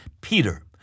Peter